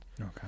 Okay